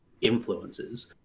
influences